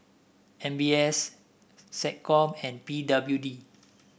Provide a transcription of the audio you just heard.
M B S SecCom and P W D